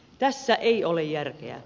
tässä ei ole järkeä